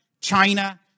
China